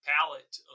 palette